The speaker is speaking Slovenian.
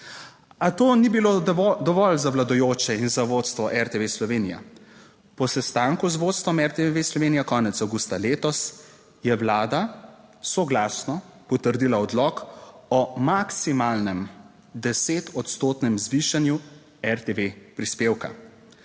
A to ni bilo dovolj za vladajoče in za vodstvo RTV Slovenija. Po sestanku z vodstvom RTV Slovenija konec avgusta letos je vlada soglasno potrdila odlok o maksimalnem deset odstotnem zvišanju RTV prispevka.